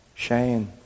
Shane